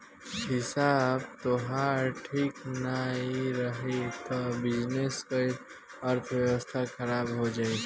हिसाब तोहार ठीक नाइ रही तअ बिजनेस कअ अर्थव्यवस्था खराब हो जाई